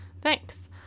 thanks